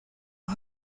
los